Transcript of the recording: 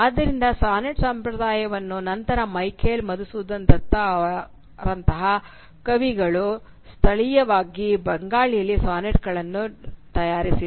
ಆದ್ದರಿಂದ ಸಾನೆಟ್ ಸಂಪ್ರದಾಯವನ್ನು ನಂತರ ಮೈಕೆಲ್ ಮಧುಸೂದನ್ ದತ್ತಾ ಅವರಂತಹ ಕವಿಗಳು ಸ್ಥಳೀಯವಾಗಿ ಬಂಗಾಳಿಯಲ್ಲಿ ಸಾನೆಟ್ಗಳನ್ನು ತಯಾರಿಸಿದರು